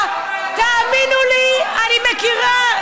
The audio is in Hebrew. תאמינו לי, אני מכירה,